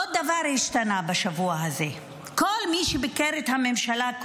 עוד דבר השתנה בשבוע הזה כל מי שביקר את הממשלה,